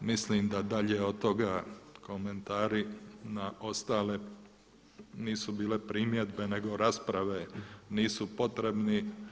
Mislim da dalje od toga komentari na ostale nisu bile primjedbe, nego rasprave nisu potrebni.